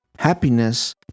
Happiness